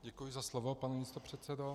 Děkuji za slovo, pane místopředsedo.